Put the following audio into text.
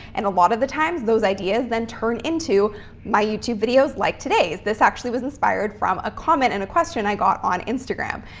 and a lot of the times those ideas then turn into my youtube videos like today's. this actually was inspired from a comment and a question i got on instagram.